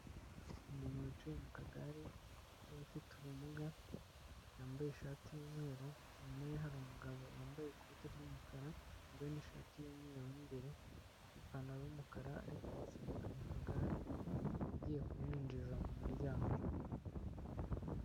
Umuntu wicaye mu kagare k'abafite ubumuga yambaye ishati y'umweru, inyuma ye hari umugabo wambaye ikoti ry'umukara wambaye n'ishati y'umweru mu imbere, ipantaro y'umukara ari kumusunika mu kagare agiye kumwinjiza mu muryango.